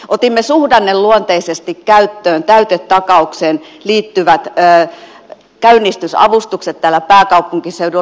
otimme suhdanneluonteisesti käyttöön täytetakaukseen liittyvät käynnistysavustukset täällä pääkaupunkiseudulla